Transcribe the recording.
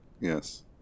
yes